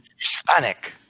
Hispanic